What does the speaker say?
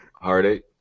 Heartache